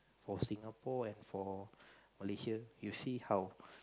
for Singapore and for Malaysia you see how